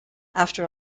after